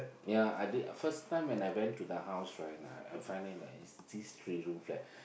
ya I did first time when I went to the house right uh I find it is this three room flat